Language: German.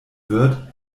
wird